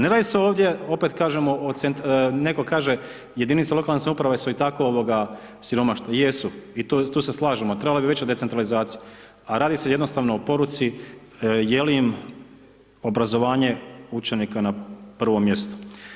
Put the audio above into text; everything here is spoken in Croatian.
Ne radi se ovdje opet kažemo o, netko kaže jedinice lokalne samouprave su i tako ovoga siromašne, jesu i tu se slažemo, trebalo bi veća decentralizacija, a radi se jednostavno o poruci je li im obrazovanje učenika na prvom mjestu.